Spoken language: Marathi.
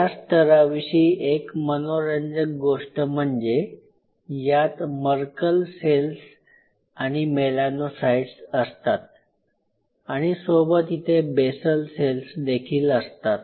या स्तराविषयी एक मनोरंजक गोष्ट म्हणजे यात मर्कल सेल्स आणि मेलॅनोसाईट्स असतात आणि सोबत इथे बेसल सेल्स देखील असतात